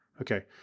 Okay